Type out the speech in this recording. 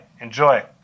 enjoy